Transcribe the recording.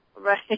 Right